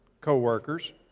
co-workers